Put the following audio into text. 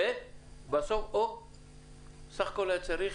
ובסך הכול היה צריך